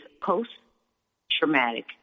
post-traumatic